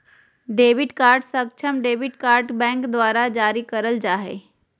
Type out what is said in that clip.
debit card सक्षम debit card bank द्वारा जारी करल जा हइ